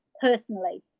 personally